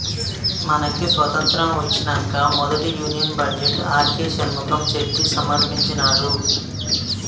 మనకి స్వతంత్రం ఒచ్చినంక మొదటి union budget R K Shanmukham Chetty సమర్పించినాడు